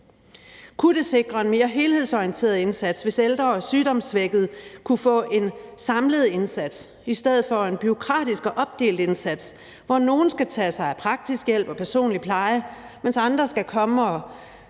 Kunne det sikre en mere helhedsorienteret indsats, hvis ældre og sygdomssvækkede kunne få en samlet indsats i stedet for en bureaukratisk og opdelt indsats, hvor nogle skal tage sig af praktisk hjælp og personlig pleje, mens andre skal komme og